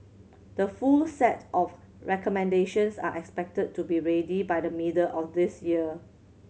the full set of recommendations are expected to be ready by the middle of this year